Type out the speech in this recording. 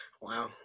Wow